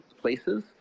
places